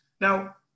Now